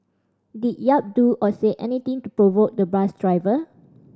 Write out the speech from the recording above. did Yap do or say anything to provoke the bus driver